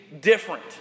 different